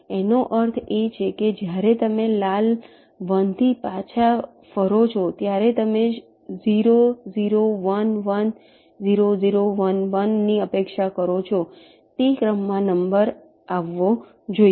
તેનો અર્થ એ છે કે જ્યારે તમે લાલ 1 થી પાછા ફરો છો ત્યારે તમે 0 0 1 1 0 0 1 1 ની અપેક્ષા કરો છો તે ક્રમમાં નંબર આવવો જોઈએ